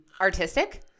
artistic